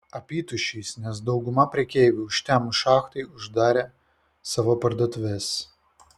apytuščiais nes dauguma prekeivių užtemus šachtai uždarė savo parduotuves